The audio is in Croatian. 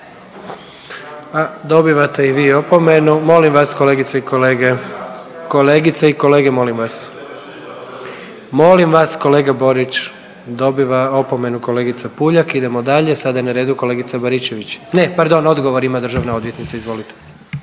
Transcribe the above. Dobivate i vi opomenu. Molim vas kolegice i kolege, kolegice i kolege molim vas. Molim vas kolega Borić. Dobiva opomenu kolegica Puljak. Idemo dalje, sada je na redu kolegica Baričević, ne pardon odgovor ima državna odvjetnica. Izvolite.